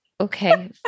okay